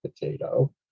potato